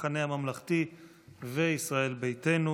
המחנה הממלכתי וישראל ביתנו.